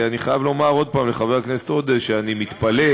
אני חייב לומר עוד פעם לחבר הכנסת עודה שאני מתפלא,